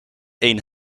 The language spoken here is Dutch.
een